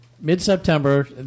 Mid-September